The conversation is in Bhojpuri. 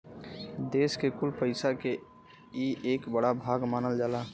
देस के कुल पइसा के ई एक बड़ा भाग मानल जाला